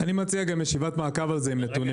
אני מציע גם ישיבת מעקב על זה, עם נתונים.